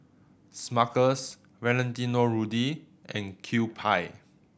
Smuckers Valentino Rudy and Kewpie